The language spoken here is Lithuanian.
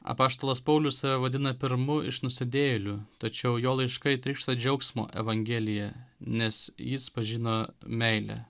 apaštalas paulius save vadina pirmu iš nusidėjėlių tačiau jo laiškai trykšta džiaugsmo evangelija nes jis pažino meilę